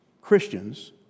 Christians